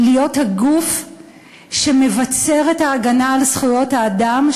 להיות הגוף שמבצר את ההגנה על זכויות האדם,